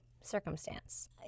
circumstance